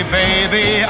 baby